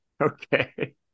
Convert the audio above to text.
Okay